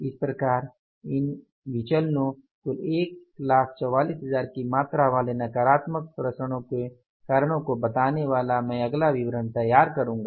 इस प्रकार इन विचलनो कुल 144000 की मात्रा वाले नकारात्मक विचरण के कारणों को बताने वाला मैं अगला विवरण तैयार करूंगा